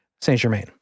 Saint-Germain